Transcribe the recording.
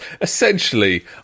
essentially